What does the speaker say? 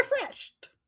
refreshed